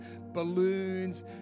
balloons